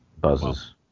buzzes